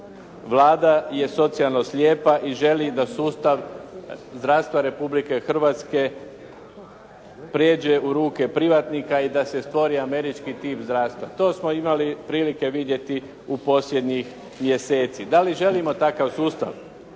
Vlada je socijalno slijepa i želi da sustav zdravstava Republike Hrvatske prijeđe u ruke privatnika i da se stvori američki tip zdravstva. To smo imali prilike vidjeti u posljednjih mjeseci. Dali želimo takav sustav?